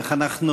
איך אנחנו,